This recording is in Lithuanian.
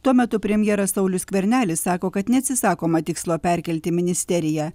tuo metu premjeras saulius skvernelis sako kad neatsisakoma tikslo perkelti ministeriją